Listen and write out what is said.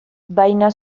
baina